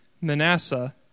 Manasseh